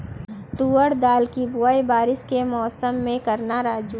तुवर दाल की बुआई बारिश के मौसम में करना राजू